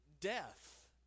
death